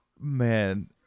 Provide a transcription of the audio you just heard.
Man